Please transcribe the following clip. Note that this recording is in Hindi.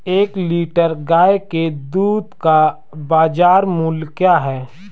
एक लीटर गाय के दूध का बाज़ार मूल्य क्या है?